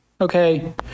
okay